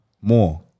more